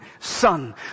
son